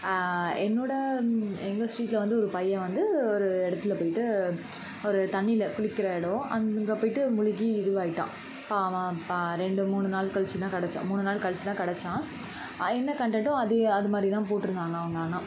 என்னோடய எங்கள் ஸ்ட்ரீட்ல வந்து ஒரு பையன் வந்து ஒரு இடத்துல போய்ட்டு ஒரு தண்ணியில குளிக்கிற இடோம் அங்கே போய்ட்டு முழுகி இதுவாகிட்டான் பாவம் பா ரெண்டு மூணு நாள் கழிச்சு தான் கிடைச்சான் மூணு நாள் கழிச்சி தான் கிடைச்சான் என்ன கன்டென்ட்டோ அதே அதுமாதிரி தான் போட்டிருந்தாங்க அவங்க ஆனால்